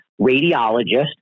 radiologist